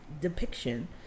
depiction